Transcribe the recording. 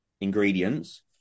ingredients